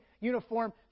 uniform